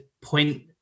point